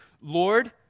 Lord